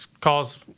calls